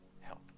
help